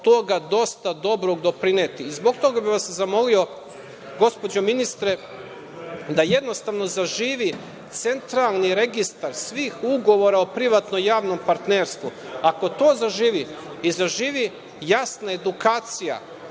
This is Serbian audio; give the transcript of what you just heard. toga dosta dobrog doprineti. Zbog toga bi vas zamolio gospođo ministre, da jednostavno zaživi centralni registar svih ugovora o privatno-javnom partnerstvu. Ako to zaživi i zaživi jasna edukacija,